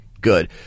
good